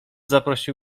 zaprosił